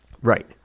Right